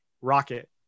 Rocket